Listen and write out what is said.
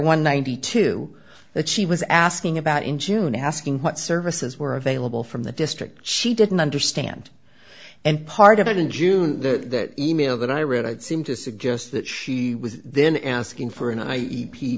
one ninety two that she was asking about in june asking what services were available from the district she didn't understand and part of it in june the e mail that i read seemed to suggest that she was then asking for an